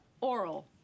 Oral